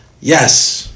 Yes